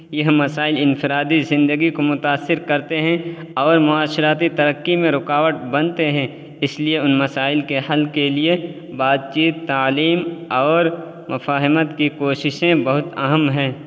یہ مسائل انفرادی زندگی کو متأثر کرتے ہیں اور معاشراتی ترقی میں رکاوٹ بنتے ہیں اس لیے ان مسائل کے حل کے لیے بات چیت تعلیم اور مفاہمت کی کوششیں بہت اہم ہیں